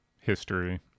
history